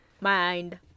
mind